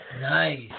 Nice